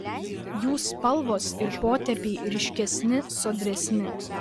jų spalvos ir potėpiai ryškesni sodresni